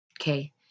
okay